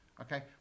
Okay